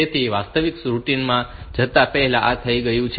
તેથી વાસ્તવિક રૂટિનમાં જતા પહેલા આ થઈ ગયું છે